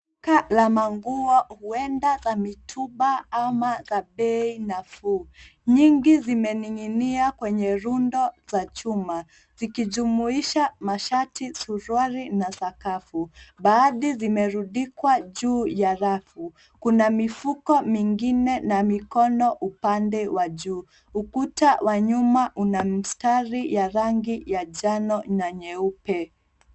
Duka la maguo huenda za mitumba ama za bei nafuu. Nyingi zimening'inia kwenye rundo za chuma zikijumuisha masharti suruali na sakafu. Baadhi zimerudikwa juu ya rafu kuna mifuko mingine na mikono upande wa juu. Ukuta wa nyuma unamstari ya rangi ya jana na nyeupe.